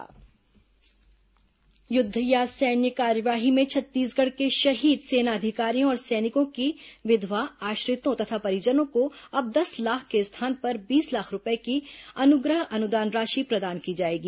शहीद अनुग्रह राशि युद्ध या सैन्य कार्यवाही में छत्तीसगढ़ के शहीद सेना अधिकारियों और सैनिकों की विधवा आश्रितों तथा परिजनों को अब दस लाख के स्थान पर बीस लाख रूपये की अनुग्रह अनुदान राशि प्रदान की जाएगी